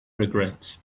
regrets